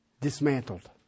dismantled